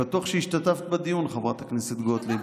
אני בטוח שהשתתפת בדיון, חברת הכנסת גוטליב.